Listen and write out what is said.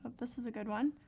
this is a good one.